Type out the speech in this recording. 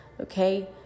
okay